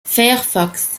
firefox